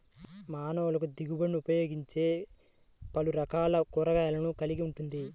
మానవులకుదిగుబడినిఉపయోగించేపలురకాల కూరగాయలను కలిగి ఉంటుంది